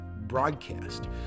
broadcast